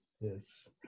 yes